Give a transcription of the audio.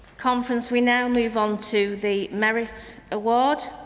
conference, we now move onto the merit award,